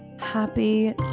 Happy